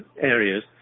areas